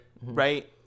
right